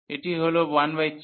এয়ি হল 13